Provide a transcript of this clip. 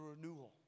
renewal